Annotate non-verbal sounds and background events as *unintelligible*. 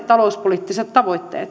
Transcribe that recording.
*unintelligible* talouspoliittisten